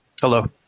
Hello